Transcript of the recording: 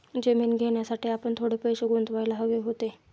जमीन घेण्यासाठी आपण थोडे पैसे गुंतवायला हवे होते